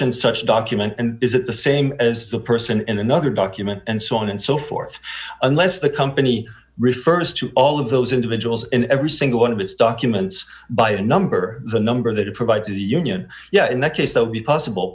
and such a document and is it the same as the person in another document and so on and so forth unless the company refers to all of those individuals and every single one of its documents by a number the number that it provides the union yeah in that case so be possible